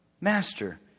master